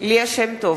ליה שמטוב,